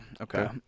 Okay